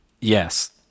Yes